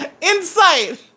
Insight